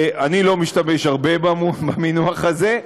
אני לא משתמש הרבה במינוח הזה,